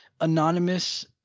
anonymous